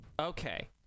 Okay